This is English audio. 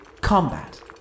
combat